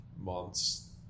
months